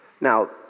Now